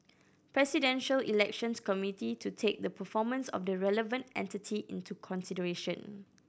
Presidential Elections Committee to take the performance of the relevant entity into consideration